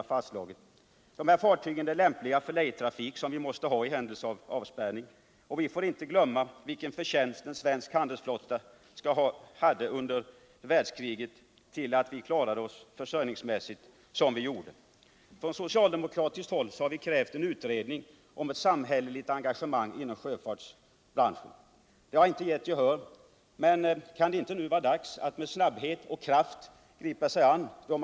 Har vi råd att göra vår export och import till stora deltar beroende av utländska fartyg. som till mycket stor del går under bekvämlighetsflagg? I den situation som den internationella sjöfarten nu befinner sig i är tillgången på ledigt tonnage stor. men hur länge varar det? Vilken situation kommer vi att vara I om exempelvis tio år? Av det svar jag fått av statsrådet framgår att regeringen bl.a. har gått in med stöd till rederinäringen, och det är naturligtvis bra att den får stöd. Men räcker det, och vad händer om det stödet inte räcker? Vidare meddelas i svaret att Grängesledningen under förhandlingarna bedömde rederiverksamheten som en belastning med hänsyn till koncernens förmåga att överleva och därmed också till tryggheten för huvuddelen av de anställda i Gränges.